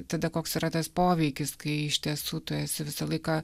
tada koks yra tas poveikis kai iš tiesų tu esi visą laiką